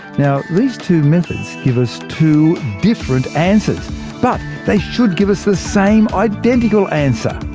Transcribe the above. now these two methods give us two different answers but they should give us the same identical answer.